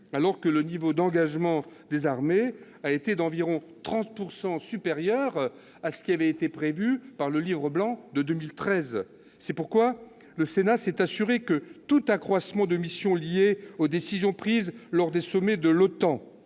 alors que le niveau d'engagement des armées a été d'environ 30 % supérieur aux prévisions du Livre blanc de 2013. C'est pourquoi le Sénat s'est assuré que tout accroissement de missions lié aux décisions prises lors des sommets de l'OTAN,